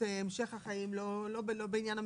מוסיפים בתעודת שירות.